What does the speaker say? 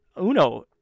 Uno